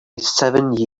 seven